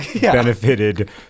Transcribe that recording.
benefited